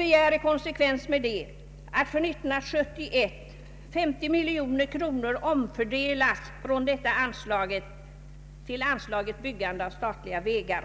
I konsekvens härmed begärs att för 1971 femtio miljoner kronor från detta anslag omfördelas till anslaget Byggande av statliga vägar.